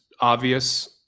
obvious